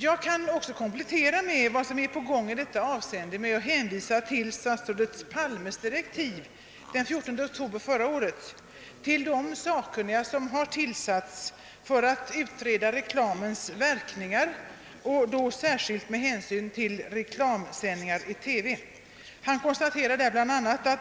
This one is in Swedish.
Jag kan också komplettera bilden av det som är på gång i detta avseende genom att hänvisa till herr statsrådet Palmes direktiv den 14 oktober förra året till de sakkunniga som har tillsatts för att utreda reklamens verkningar, särskilt med hänsyn till reklamsändningarna i televisionen. Han konstaterar där bl.a.: